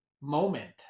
moment